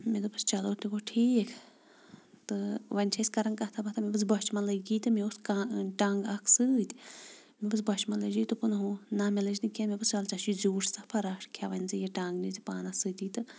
مےٚ دوٚپُس چلو تہِ گوٚو ٹھیٖک تہٕ وۄنۍ چھ أسۍ کران کتھا باتھا مےٚ دوٚپُس بوٚچھِ مہ لٔگی تہٕ مےٚ اوس کن ٹنگ اکھ سۭتۍ مےٚ دوٚپُس بوٚچھِ مہ لٕجی دوٚپُن نہ مےٚ لٕج نہِ کینہہ مےٚ دوٚپُس وَل ژےٚ چھی زیوٗٹھ سفر رٹھ کھےٚ وۄنۍ ژٕ یہِ ٹنگ نیزِ پانَس سۭتۍ تہٕ